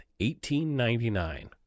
1899